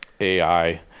AI